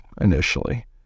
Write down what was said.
initially